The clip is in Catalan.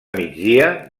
migdia